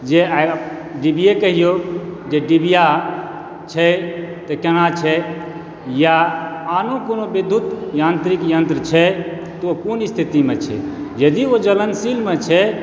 जे आइ डिबिए कहिऔ जे डिबिया छै तऽ कोना छै या आनो कोनो विद्युत यान्त्रिक यन्त्र छै तऽ ओ कोन स्थितिमे छै यदि ओ जलनशीलमे छै